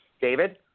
David